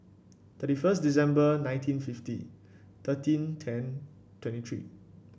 thirty first December nineteen fifty thirteen ten twenty three